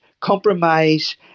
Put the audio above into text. compromise